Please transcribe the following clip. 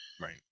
right